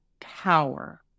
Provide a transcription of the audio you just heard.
power